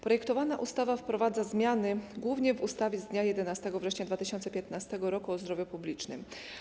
Projektowana ustawa wprowadza zmiany głównie w ustawie z dnia 11 września 2015 r. o zdrowiu publicznym.